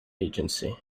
agency